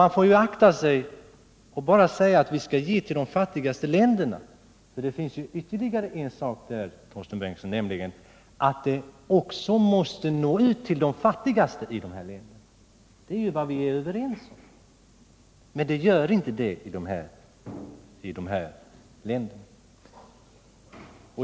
Man får ju akta sig för att säga att vi bara skall ge till de fattigaste länderna, för det finns ytterligare en viktig sak, Torsten Bengtson, nämligen att biståndet måste nå ut till de fattigaste i de här länderna. Det är vad vi är överens om. Men biståndet kommer aldrig fram till dem i dessa länder.